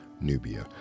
Nubia